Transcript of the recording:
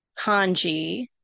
kanji